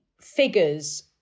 figures